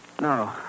No